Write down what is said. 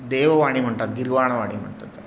देववाणी म्हणतात गिरवाण वाणी म्हणतात त्याला